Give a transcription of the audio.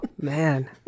man